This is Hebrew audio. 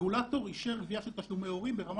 הרגולטור אישר גביה של תשלומי הורים ברמה